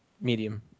Medium